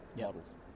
models